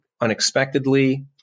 unexpectedly